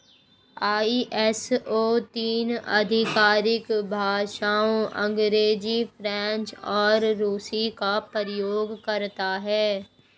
ISO तीन आधिकारिक भाषाओं अंग्रेजी, फ्रेंच और रूसी का प्रयोग करता है